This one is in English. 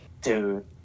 Dude